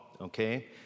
okay